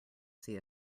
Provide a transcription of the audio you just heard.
see